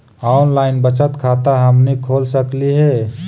Online बचत खाता हमनी खोल सकली हे?